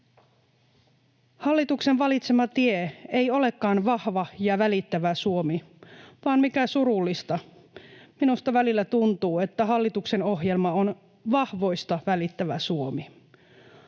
Hallituksen valitsema tie ei olekaan vahva ja välittävä Suomi, vaan, mikä surullista, minusta välillä tuntuu, että hallituksen ohjelma on vahvoista välittävä Suomi.